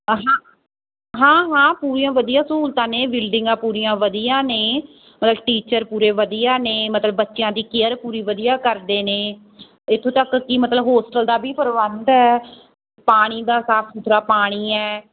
ਹਾਂ ਹਾਂ ਹਾਂ ਹਾਂ ਪੂਰੀਆਂ ਵਧੀਆ ਸਹੂਲਤਾਂ ਨੇ ਬਿਲਡਿੰਗਾਂ ਪੂਰੀਆਂ ਵਧੀਆ ਨੇ ਅ ਟੀਚਰ ਪੂਰੇ ਵਧੀਆ ਨੇ ਮਤਲਬ ਬੱਚਿਆਂ ਦੀ ਕੇਅਰ ਪੂਰੀ ਵਧੀਆ ਕਰਦੇ ਨੇ ਇੱਥੋਂ ਤੱਕ ਕਿ ਮਤਲਬ ਹੋਸਟਲ ਦਾ ਵੀ ਪ੍ਰਬੰਧ ਹੈ ਪਾਣੀ ਦਾ ਸਾਫ਼ ਸੁਥਰਾ ਪਾਣੀ ਹੈ